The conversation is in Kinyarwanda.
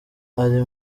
ari